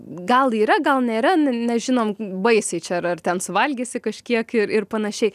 gal yra gal nėra ne nežinom baisiai čia ar ar ten suvalgysi kažkiek ir ir panašiai